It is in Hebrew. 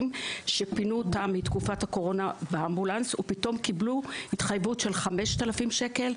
שפינו אותם מתקופת הקורונה באמבולנס ופתאום קיבלו התחייבות של 5,000 שקל,